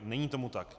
Není tomu tak.